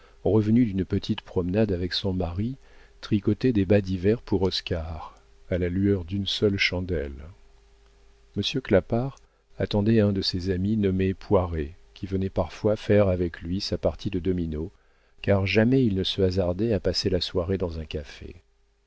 revenue d'une petite promenade avec son mari tricotait des bas d'hiver pour oscar à la lueur d'une seule chandelle monsieur clapart attendait un de ses amis nommé poiret qui venait parfois faire avec lui sa partie de dominos car jamais il ne se hasardait à passer la soirée dans un café